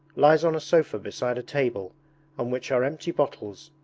lies on a sofa beside a table on which are empty bottles,